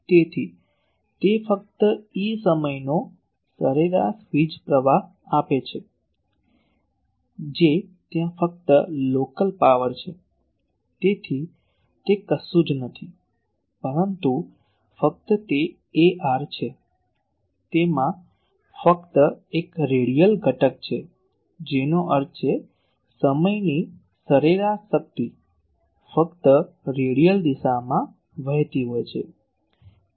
તેથી તે ફક્ત E સમયનો સરેરાશ વીજ પ્રવાહ આપે છે જે ત્યાં ફક્ત લોકલ પાવર છે તેથી તે કશું જ નથી પરંતુ ફક્ત તે ar છે તેમાં ફક્ત એક રેડિયલ ઘટક છે જેનો અર્થ છે સમયની સરેરાશ શક્તિ ફક્ત રેડિયલ દિશામાં વહેતી હોય છે